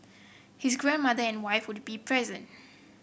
his grandmother and wife would be present